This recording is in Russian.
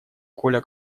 коля